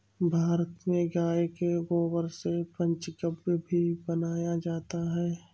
भारत में गाय के गोबर से पंचगव्य भी बनाया जाता है